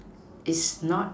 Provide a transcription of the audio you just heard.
is not